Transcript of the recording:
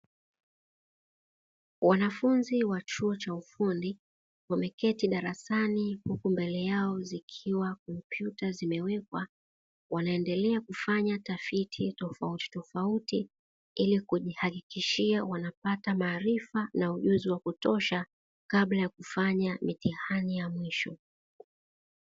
Wanafunzi wa chuo cha ufundi wameketi darasani huku mbele yao zikiwa kompyuta zimewekwa wanaendelea kufanya tafiti tofautitofauti, ili kujihakikishia wanapata maarifa na ujuzi wa kutosha kabla ya kufanya mitihani ya mwisho.